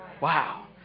Wow